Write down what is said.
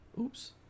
Oops